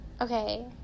okay